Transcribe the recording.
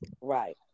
Right